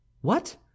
What